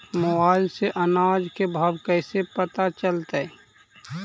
Mobile से अनाज के भाव कैसे पता चलतै?